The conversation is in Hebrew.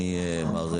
של הרפורמה